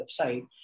website